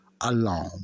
alone